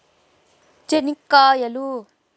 చెనిక్కాయలు